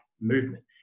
movement